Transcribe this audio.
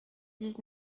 dix